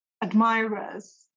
admirers